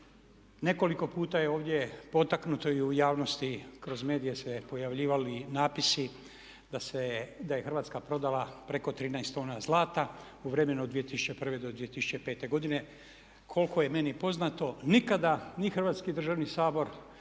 Nekoliko puta je ovdje potaknuto i u javnosti kroz medije se pojavljivali natpisi da je Hrvatska prodala preko 13 tona zlata u vremenu od 2001. do 2005. godine. Koliko je meni poznato nikada ni Hrvatski državni sabor